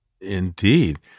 Indeed